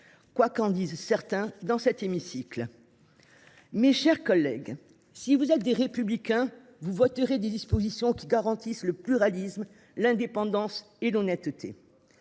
de nos collègues dans cet hémicycle. Mes chers collègues, si vous êtes des républicains, vous voterez les dispositions de ce texte, qui garantissent le pluralisme, l’indépendance et l’honnêteté